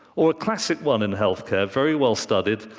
or a classic one in health care, very well-studied,